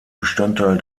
bestandteil